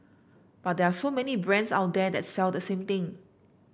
but there are so many brands out there that sell the same thing